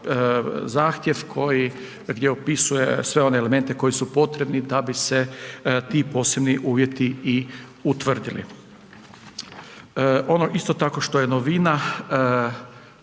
zahtjev koji, gdje opisuje one elemente koji su potrebni da bi se ti posebni uvjeti i utvrdili. Ono isto tako što je novina,